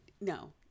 No